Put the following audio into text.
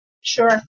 Sure